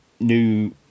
new